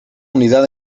unidad